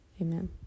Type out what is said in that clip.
Amen